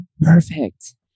Perfect